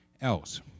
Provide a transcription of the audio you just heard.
else